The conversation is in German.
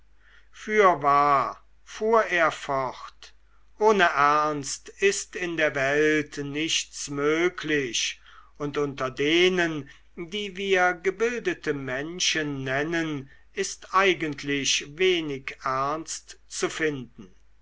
fürwahr fuhr er fort ohne ernst ist in der welt nichts möglich und unter denen die wir gebildete menschen nennen ist eigentlich wenig ernst zu finden